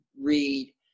read